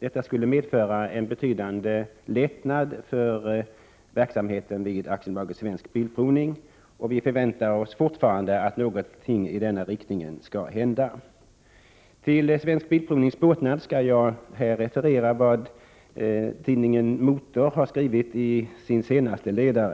Detta skulle medföra en betydande lättnad för verksamheten vid AB Svensk Bilprovning, och vi förväntar oss fortfarande att någonting skall hända i den riktningen. Till Svensk Bilprovnings båtnad skall jag här referera vad tidningen Motor i sin senaste ledare